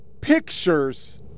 pictures